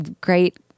great